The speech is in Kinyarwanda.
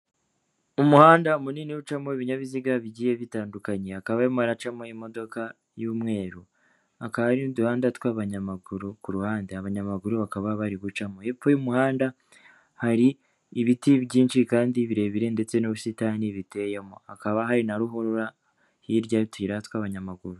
Umuhanda munini ucamo ibinyabiziga bigiye bitandukanye hakaba harimo haracamo imodoka y'umweru, hakaba hari n'uduhanda tw'abanyamaguru ku ruhande abanyamaguru bakaba bari gucamo, hepfo y'umuhanda hari ibiti byinshi kandi birebire ndetse n'ubusitani biteyemo, hakaba hari na ruhurura hirya y'utuyira tw'abanyamaguru.